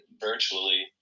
virtually